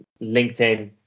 LinkedIn